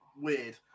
weird